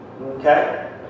Okay